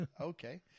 okay